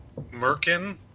Merkin